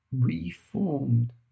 reformed